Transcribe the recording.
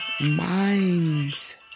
minds